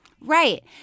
Right